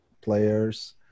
players